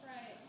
right